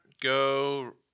go